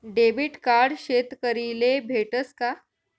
Debit card शेतकरीले भेटस का?